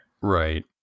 right